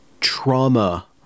trauma